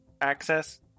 access